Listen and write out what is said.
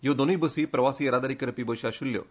ह्यो दोनूय बसी प्रवासी येरादारी करपी बसी आशिल्ल्यो